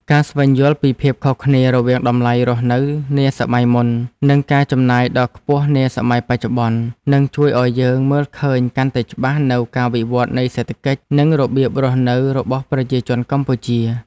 ការស្វែងយល់ពីភាពខុសគ្នារវាងតម្លៃរស់នៅនាសម័យមុន និងការចំណាយដ៏ខ្ពស់នាសម័យបច្ចុប្បន្ន នឹងជួយឱ្យយើងមើលឃើញកាន់តែច្បាស់នូវការវិវត្តនៃសេដ្ឋកិច្ច និងរបៀបរស់នៅរបស់ប្រជាជនកម្ពុជា។